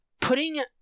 Putting